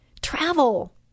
travel